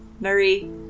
Marie